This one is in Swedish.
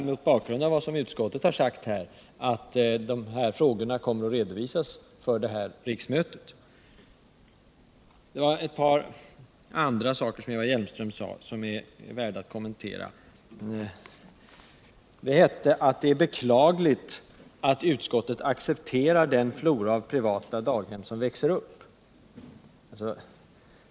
Mot bakgrund av vad utskottet har sagt, finns det all anledning att förvänta att dessa frågor kommer att redovisas för innevarande riksmöte. Också ett par andra saker som Eva Hjelmström sade är värda att kommentera. Hon framhöll att det är beklagligt att utskottet accepterar den flora av privata daghem som växer upp.